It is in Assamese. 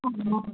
অঁ